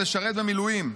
לשרת במילואים.